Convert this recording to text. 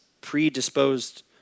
predisposed